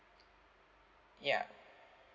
ya